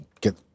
get